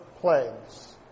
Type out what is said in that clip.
plagues